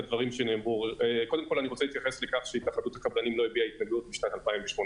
אני רוצה להתייחס לכך שהתאחדות הקבלנים לא הביעה התנגדות משנת 2018,